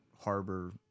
harbor